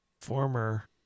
former